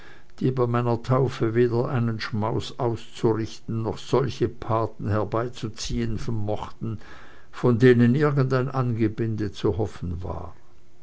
die bei meiner taufe weder einen schmaus auszurichten noch solche paten herbeizuziehen vermochten von denen irgendein angebinde zu hoffen war